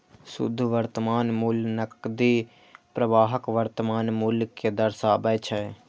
शुद्ध वर्तमान मूल्य नकदी प्रवाहक वर्तमान मूल्य कें दर्शाबै छै